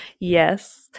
Yes